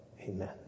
amen